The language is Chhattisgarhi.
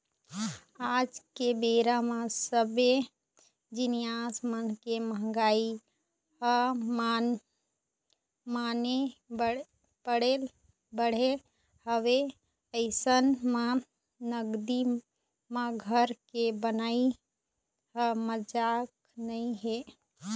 आज के बेरा म सब्बे जिनिस मन के मंहगाई ह मनमाने बढ़े हवय अइसन म नगदी म घर के बनई ह मजाक नइ हे